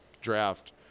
draft